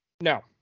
No